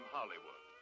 Hollywood